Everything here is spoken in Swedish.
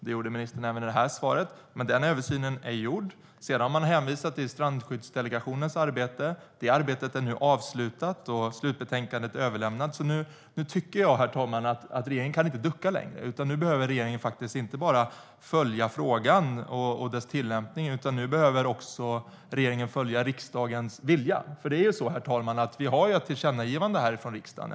Det gjorde ministern även i detta svar. Men den översynen är gjord. Sedan har man hänvisat till Strandskyddsdelegationens arbete, men nu är det arbetet avslutat och slutbetänkandet överlämnat. Jag tycker inte att regeringen kan ducka längre. Nu behöver regeringen inte bara följa frågan och dess tillämpning utan också följa riksdagens vilja. För vi har ett tillkännagivande från riksdagen.